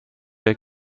der